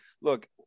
look